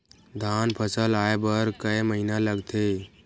धान फसल आय बर कय महिना लगथे?